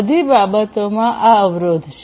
બધી બાબતોમાં આ અવરોધ છે